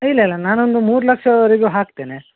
ಇಲ್ಲ ಇಲ್ಲ ನಾನೊಂದು ಮೂರು ಲಕ್ಷದವರೆಗೂ ಹಾಕ್ತೇನೆ